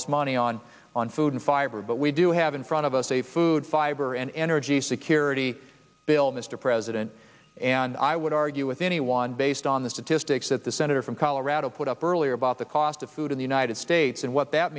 this money on on food and fiber but we do have in front of us a food fiber an energy security bill mr president and i would argue with anyone based on the statistics that the senator from colorado put up earlier about the cost of food in the united states and what that